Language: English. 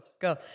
go